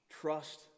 trust